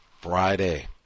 Friday